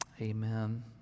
Amen